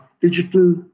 digital